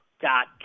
dot